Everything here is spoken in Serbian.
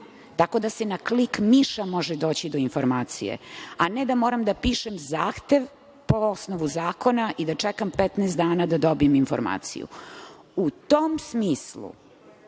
tako da se na klik mišem može doći do informacije, a ne da moram da pišem zahtev po osnovu zakona i da čekam 15 dana da dobijem informaciju.U tom smislu,